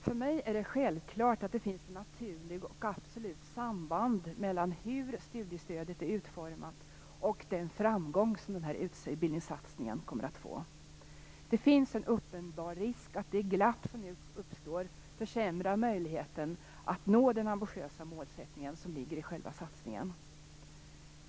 För mig är det självklart att det finns ett naturligt och absolut samband mellan hur studiestödet är utformat och den framgång som utbildningssatsningen kommer att få. Det finns en uppenbar risk att det glapp som nu uppstår försämrar möjligheten att nå satsningens ambitiösa mål.